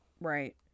Right